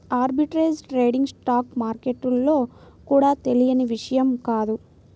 arbitrage trading stock మార్కెట్లలో కూడా తెలియని విషయం కాదు